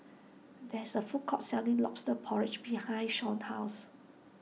there is a food court selling Lobster Porridge behind Shon's house